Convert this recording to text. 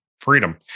freedom